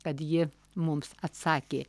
kad ji mums atsakė